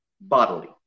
bodily